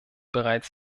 bereits